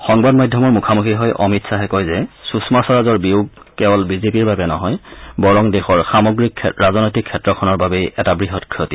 সংবাদ মাধ্যমৰ মুখামুখি হৈ অমিত শ্বাহে কয় যে সুষমা স্বৰাজৰ বিয়োগ কেৱল বিজেপিৰ বাবে নহয় বৰং দেশৰ সামগ্ৰিক ৰাজনৈতিক ক্ষেত্ৰখনৰ বাবেই এটা বৃহৎ ক্ষতি